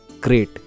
great